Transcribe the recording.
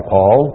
Paul